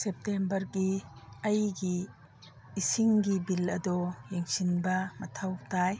ꯁꯦꯞꯇꯦꯝꯕꯔꯒꯤ ꯑꯩꯒꯤ ꯏꯁꯤꯡꯒꯤ ꯕꯤꯜ ꯑꯗꯣ ꯌꯦꯡꯁꯤꯟꯕ ꯃꯊꯧ ꯇꯥꯏ